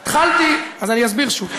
התחלתי, אז אני אסביר שוב,